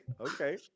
Okay